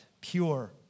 Pure